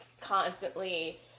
constantly